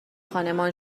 خانمان